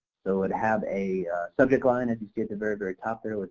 so it'd have a subject line as you see at the very very top there,